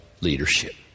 leadership